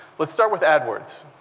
let's start with adwords.